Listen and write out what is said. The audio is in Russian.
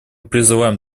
призываем